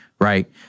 right